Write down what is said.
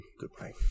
Goodbye